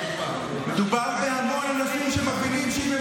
בושה וחרפה.